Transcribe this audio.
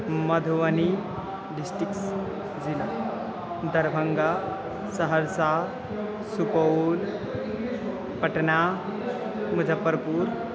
Madhubani districts ज़िला दर्भङ्गा सहर्सा सुपौल् पटना मजप्पर्पूरम्